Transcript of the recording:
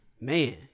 man